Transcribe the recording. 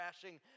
crashing